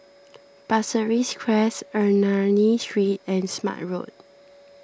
Pasir Ris Crest Ernani Street and Smart Road